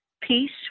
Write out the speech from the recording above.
peace